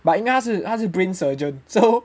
but 应该他是他是 brain surgeon so